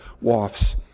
wafts